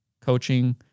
coaching